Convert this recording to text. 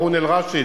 הרון אל-רשיד.